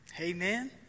amen